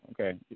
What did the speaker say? okay